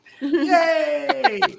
Yay